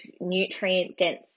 nutrient-dense